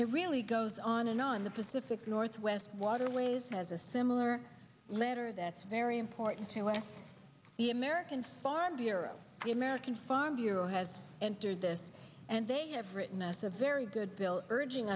it really goes on and on the pacific northwest waterways has a similar letter that's very important to us the american farm bureau the american farm bureau has entered this and they have written us a very good bill urging